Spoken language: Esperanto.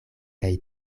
kaj